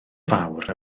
fawr